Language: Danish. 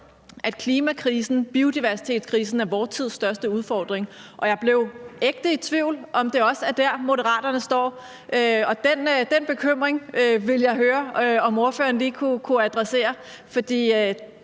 at klimakrisen, biodiversitetskrisen er vor tids største udfordring. Og jeg blev ægte i tvivl, om det også er der, Moderaterne står, og den bekymring ville jeg høre om ordføreren lige kunne adressere.